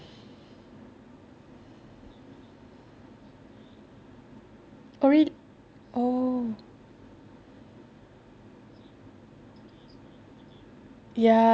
oh